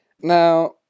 Now